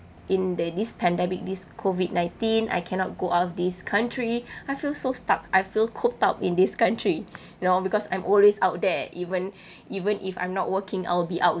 in the this pandemic this COVID nineteen I cannot go out of this country I feel so stuck I feel cooped up in this country you know because I'm always out there even even if I'm not working I'll be out